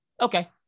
Okay